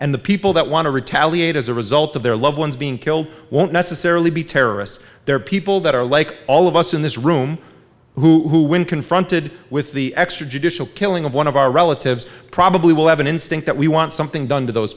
and the people that want to retaliate as a result of their loved ones being killed won't necessarily be terrorists there are people that are like all of us in this room who when confronted with the extrajudicial killing of one of our relatives probably will have an instinct that we want something done to those